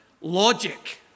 logic